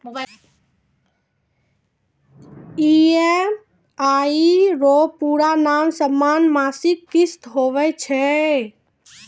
EMI रो पूरा नाम समान मासिक किस्त हुवै छै